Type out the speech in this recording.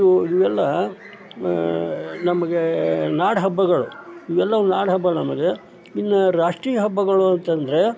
ಇದು ಇವೆಲ್ಲ ನಮಗೆ ನಾಡ ಹಬ್ಬಗಳು ಇವೆಲ್ಲವೂ ನಾಡ ಹಬ್ಬ ನಮಗೆ ಇನ್ನೂ ರಾಷ್ಟ್ರೀಯ ಹಬ್ಬಗಳು ಅಂತ ಅಂದ್ರೆ